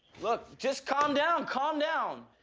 look, just calm down, calm down!